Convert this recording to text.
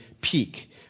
peak